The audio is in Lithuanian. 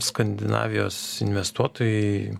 skandinavijos investuotojai